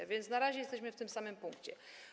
A więc na razie jesteśmy w tym samym punkcie.